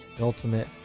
Ultimate